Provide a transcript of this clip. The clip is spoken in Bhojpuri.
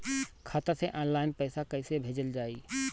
खाता से ऑनलाइन पैसा कईसे भेजल जाई?